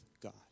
God